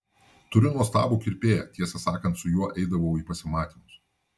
turiu nuostabų kirpėją tiesą sakant su juo eidavau į pasimatymus